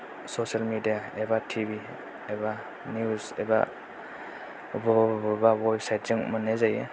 social media एबा T V एबा news एबा बबेबा बबेबा वेबसाइटजों मोननाय जायो